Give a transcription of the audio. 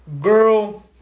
girl